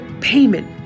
payment